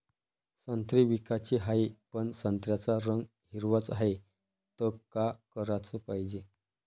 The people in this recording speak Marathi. संत्रे विकाचे हाये, पन संत्र्याचा रंग हिरवाच हाये, त का कराच पायजे?